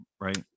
right